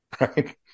right